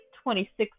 26